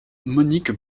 monique